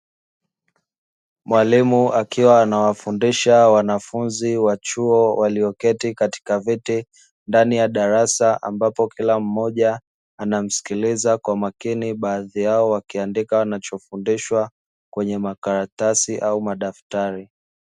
Mwalimu akiwa anawafundisha wanafunzi wa chuo walioketi katika viti ndani ya darasa, ambapo kila mmoja anamsikiliza kwa makini, baadhi yao wakiwa wakiandika wanachofundishwa kwenye makaratasi au madaftari.